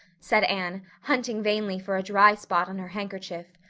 said anne, hunting vainly for a dry spot on her handkerchief.